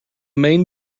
main